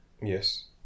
Yes